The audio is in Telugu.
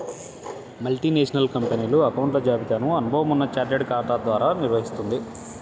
మల్టీనేషనల్ కంపెనీలు అకౌంట్ల జాబితాను అనుభవం ఉన్న చార్టెడ్ ఖాతా ద్వారా నిర్వహిత్తుంది